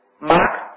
Mark